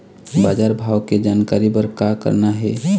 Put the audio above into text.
बजार भाव के जानकारी बर का करना हे?